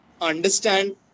understand